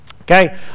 okay